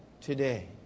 today